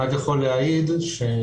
אני רק יכול להעיד שלפי